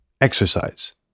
Exercise –